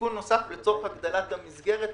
ותיקון נוסף לצורך הגדלת המסגרת,